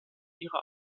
ihrer